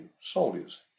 soldiers